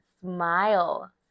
smile